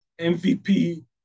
MVP